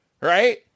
right